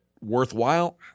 worthwhile